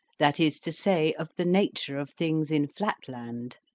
that is to say of the nature of things in flatland.